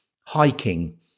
hiking